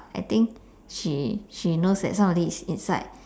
I think she she knows that somebody is inside